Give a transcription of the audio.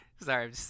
Sorry